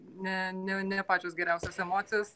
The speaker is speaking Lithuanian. ne ne ne pačios geriausios emocijos